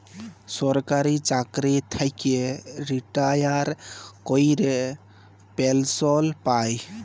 সরকারি চাকরি থ্যাইকে রিটায়ার ক্যইরে পেলসল পায়